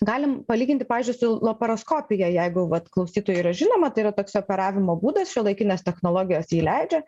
galim palyginti pavyzdžiui su laparoskopija jeigu vat klausytojai yra žinoma tai yra toks operavimo būdas šiuolaikinės technologijos jį leidžia